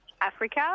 africa